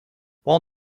while